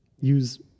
use